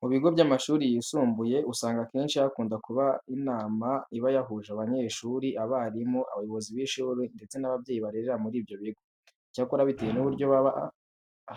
Mu bigo by'amashuri yisumbuye usanga akenshi hakunda kuba inama iba yahuje abanyeshuri, abarimu, abayobozi b'ishuri ndetse n'ababyeyi barerera muri ibyo bigo. Icyakora bitewe n'uburyo